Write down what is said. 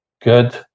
good